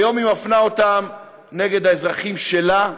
היום היא מפנה אותו נגד האזרחים שלה,